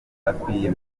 akwiye